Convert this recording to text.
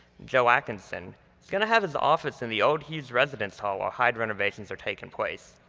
joe atkinson, is gonna have his office in the old hughes residence hall while hyde renovations are taking place.